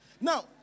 Now